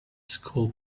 school